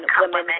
women